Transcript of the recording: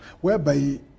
whereby